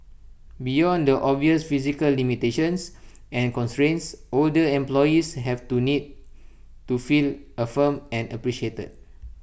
beyond the obvious physical limitations and constraints older employees have two need to feel affirmed and appreciated